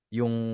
yung